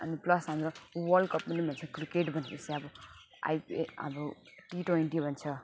अनि प्लस हाम्रो world cup पनि भन्छ क्रिकेट भनेपछि अब आइपिएल अब टिट्वेन्टी भन्छ